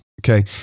Okay